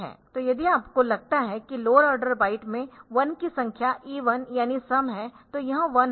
तो यदि आपको लगता है कि लोअर आर्डर बाइट में 1 की संख्या इवन यानि सम है तो यह 1होगा